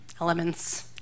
elements